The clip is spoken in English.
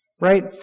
right